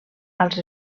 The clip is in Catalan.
als